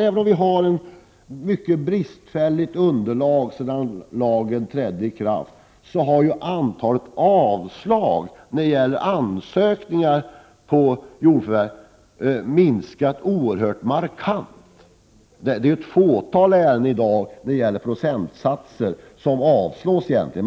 Även om vi har ett bristfälligt underlag avseende tiden efter lagens ikraftträdande, så är det helt klart att antalet avslag på ansökningar om jordförvärv har minskat mycket markant. Det är ju i ett fåtal ärenden när det gäller procentsatser som ansökningarna avslås. Men